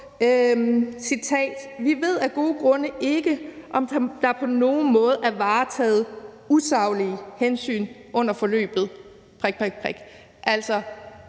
af: Vi ved af gode grunde ikke, om der på nogen måde er varetaget usaglige hensyn under forløbet. Altså, det er